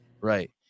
Right